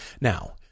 Now